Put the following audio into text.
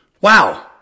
Wow